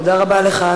תודה רבה לך,